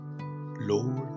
Lord